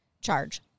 charge